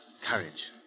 courage